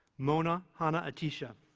mona hanna-attisha